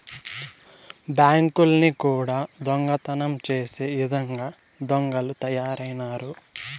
బ్యాంకుల్ని కూడా దొంగతనం చేసే ఇదంగా దొంగలు తయారైనారు